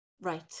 Right